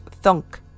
thunk